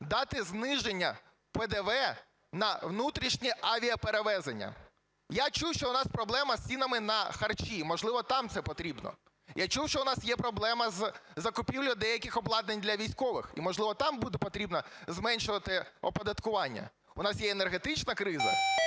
дати зниження ПДВ на внутрішнє авіаперевезення. Я чув, що в нас проблема з цінами на харчі. Можливо, там це потрібно. Я чув, що в нас є проблема з закупівлею деяких обладнань для військових. І, можливо, там буде потрібно зменшувати оподаткування. У нас є енергетична криза.